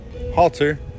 Halter